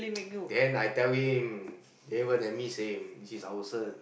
then I tell him Davon and me same this is our cert